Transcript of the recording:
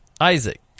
Isaac